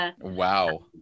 Wow